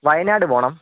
വയനാട് പോവണം